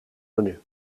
menu